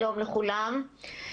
שלום לכולם.